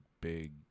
big